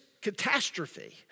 catastrophe